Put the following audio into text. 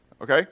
okay